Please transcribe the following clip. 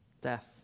death